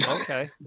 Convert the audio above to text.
Okay